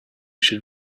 should